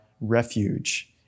refuge